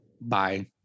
Bye